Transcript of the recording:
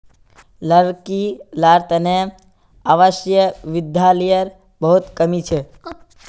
लड़की लार तने आवासीय विद्यालयर बहुत कमी छ